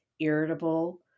irritable